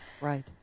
Right